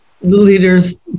leaders